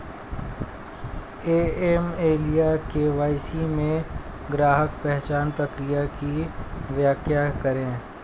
AML या KYC में ग्राहक पहचान प्रक्रिया की व्याख्या करें?